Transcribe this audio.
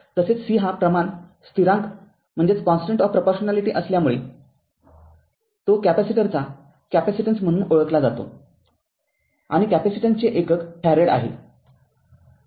तसेच c हा प्रमाण स्थिरांक असल्यामुळे तो कॅपेसिटरचा कॅपेसिटेन्स म्हणून ओळखला जातो आणि कॅपेसिटेन्सचे एकक फॅरेड आहे